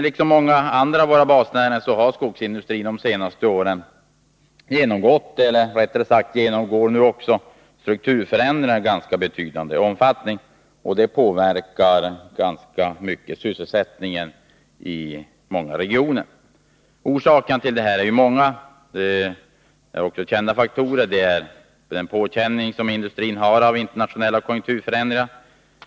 Liksom många andra av våra basnäringar har skogsindustrin de senaste åren genomgått — eller, rättare sagt, genomgår skogsindustrin nu — strukturförändringar av ganska betydande omfattning, och det påverkar sysselsättningen i många regioner. Orsakerna till detta är ju många och kända. En av orsakerna är den känning som industrin får av internationella konjunkturförändringar.